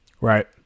right